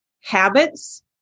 habits